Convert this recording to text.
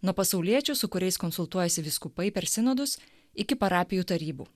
nuo pasauliečių su kuriais konsultuojasi vyskupai per sinodus iki parapijų tarybų